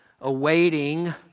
awaiting